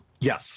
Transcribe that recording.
Yes